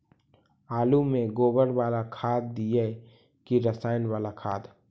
आलु में गोबर बाला खाद दियै कि रसायन बाला खाद?